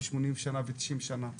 ו-80 שנה, ו-90 שנה.